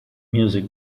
music